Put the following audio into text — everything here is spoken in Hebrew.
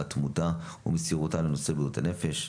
על הירתמותה ועל מסירותה לנושא בריאות הנפש.